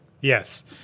yes